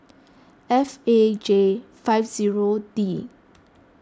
F A J five zero D